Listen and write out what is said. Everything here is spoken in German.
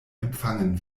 empfangen